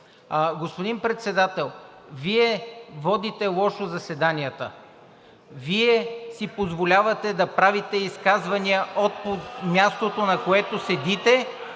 Господин Председател, Вие водите лошо заседанията. Вие си позволявате да правите изказвания от мястото, на което седите,